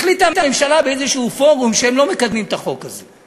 החליטה הממשלה באיזשהו פורום שהם לא מקדמים את החוק הזה.